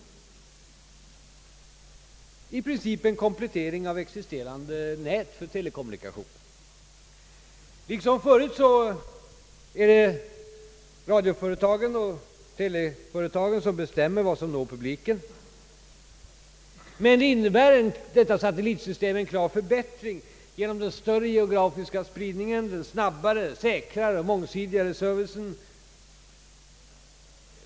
Detta är i princip en komplettering av existerande nät för telekommunikation. Liksom förut är det radioföretagen och teleföretagen som bestämmer vad som når publiken, men detta satellitsystem innebär en klar förbättring genom den större geografiska spridningen, den snabbare, säkrare och mångsidigare servicen.